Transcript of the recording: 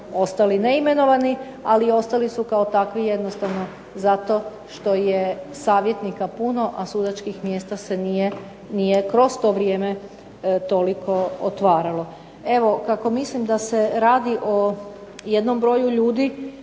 ostali neimenovani. Ali ostali su kao takvi jednostavno zato što je savjetnika puno, a sudačkih mjesta se nije kroz to vrijeme toliko otvaralo. Evo, kako mislim da se radi o jednom broju ljudi